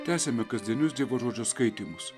tęsiame kasdienius dievo žodžio skaitymus